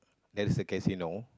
there is a casino